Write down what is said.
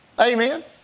Amen